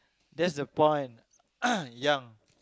that's the point young